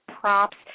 props